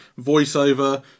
voiceover